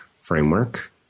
framework